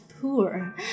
Poor